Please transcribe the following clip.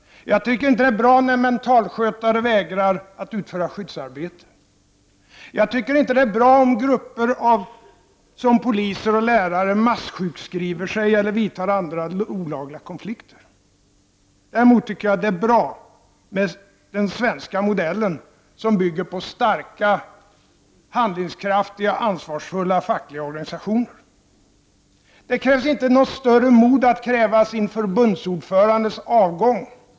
Jag tycker inte att det är bra när mentalskötare vägrar att utföra skyddsarbete. Jag tycker inte det är bra när poliser och lärare massjukskriver sig eller vidtar andra olagliga konfliktåtgärder. Därmot tycker jag det är bra med den svenska modellen som bygger på starka, handlingskraftiga och ansvarsfulla fackliga organisationer. Det krävs inte något större mod för att begära en förbundsordförandes avgång.